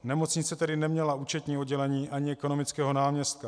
Nemocnice tedy neměla účetní oddělení ani ekonomického náměstka.